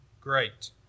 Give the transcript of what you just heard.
Great